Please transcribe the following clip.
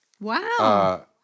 wow